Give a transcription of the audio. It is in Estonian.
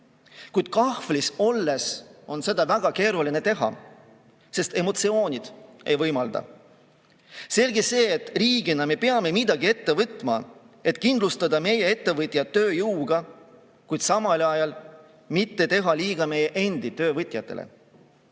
Kuid kahvlis olles on seda väga keeruline teha, sest emotsioonid ei võimalda. Selge see, et riigina me peame midagi ette võtma, et kindlustada meie ettevõtjad tööjõuga, kuid samal ajal ei tohi me liiga teha meie endi töövõtjatele.